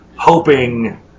hoping